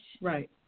Right